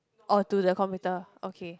or to the computer okay